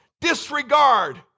disregard